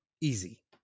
Easy